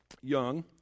young